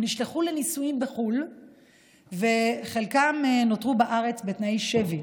הם נשלחו לניסויים בחו"ל וחלקם נותרו בארץ בתנאי שבי.